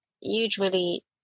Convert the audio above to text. usually